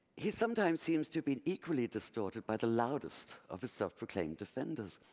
he sometimes seems to be equally distorted by the loudest of his self-proclaimed defenders.